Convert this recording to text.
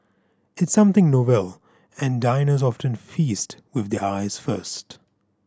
it's something novel and diners often feast with their eyes first